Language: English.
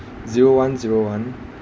zero one zero one